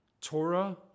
Torah